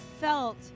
felt